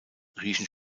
riechen